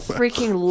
freaking